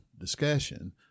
discussion